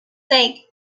sake